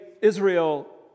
Israel